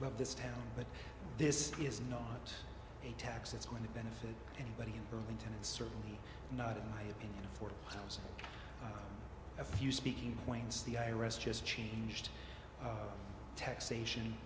love this town but this is not a tax it's going to benefit anybody in burlington it's certainly not in my opinion affordable housing a few speaking points the i r s just changed taxation